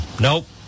Nope